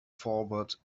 forward